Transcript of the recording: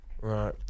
Right